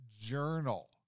Journal